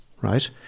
right